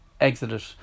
exited